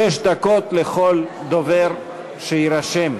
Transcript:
שש דקות לכל דובר שיירשם.